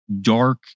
dark